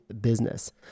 business